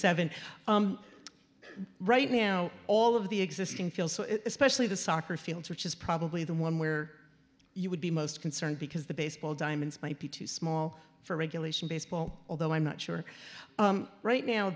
seven right now all of the existing feels so specially the soccer fields which is probably the one where you would be most concerned because the baseball diamonds might be too small for regulation baseball although i'm not sure right now